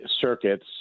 circuits